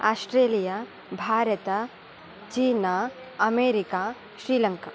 Australia Bharat चीना America Sri Lanka